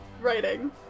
writing